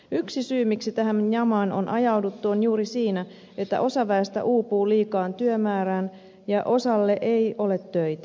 yksi syy miksi tähän jamaan on ajauduttu on juuri siinä että osa väestä uupuu liikaan työmäärään ja osalle ei ole töitä